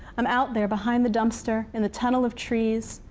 i'm out there, behind the dumpster, in the tunnel of trees,